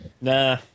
Nah